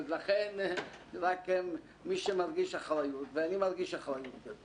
רק מי שמרגיש אחריות - ואני מרגיש אחריות כזאת